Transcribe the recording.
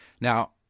Now